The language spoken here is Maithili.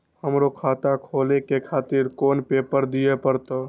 हमरो खाता खोले के खातिर कोन पेपर दीये परतें?